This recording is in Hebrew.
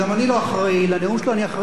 אני אחראי לזה שאפשר יהיה להקשיב לנאום שלו.